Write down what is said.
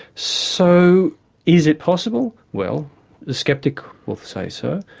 so is it possible? well the sceptic would say so.